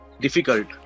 Difficult